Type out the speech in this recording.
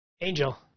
Angel